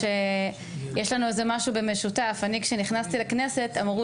שיש לנו איזה משהו במשותף: כשנכנסתי לכנסת אמרו